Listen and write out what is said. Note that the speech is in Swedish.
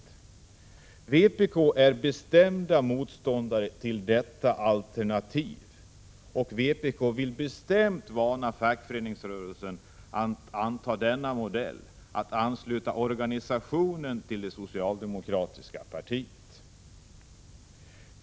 10 december 1986 Vi i vpk är bestämda motståndare till detta ”alternativ”, och vi vill bestämt varna fackföreningsrörelsen att anta denna modell att ansluta organisationen till det socialdemokratiska partiet.